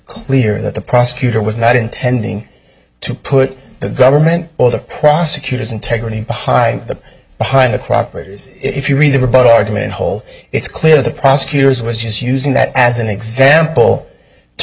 clear that the prosecutor was not intending to put the government or the prosecutor's integrity behind them behind the croppers if you read the rebuttal argument hole it's clear the prosecutors was using that as an example to